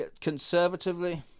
conservatively